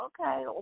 okay